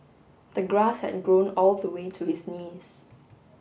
the grass had grown all the way to his knees